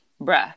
Bruh